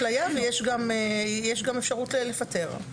יש התליה ויש גם אפשרות לפטר.